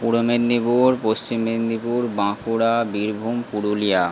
Purba Medinipur Paschim Medinipur Bankura Birbhum Purulia